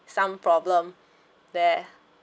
some problem there